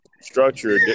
structure